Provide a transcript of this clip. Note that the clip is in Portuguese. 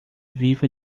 viva